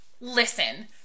listen